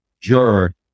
juror